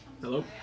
Hello